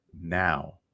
now